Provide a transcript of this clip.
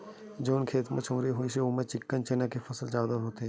जउन खेत म चनउरी होइस ओमा चिक्कन चना के फसल ह जावत रहिथे